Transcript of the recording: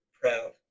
proud